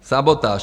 Sabotáž!